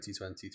2023